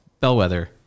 Bellwether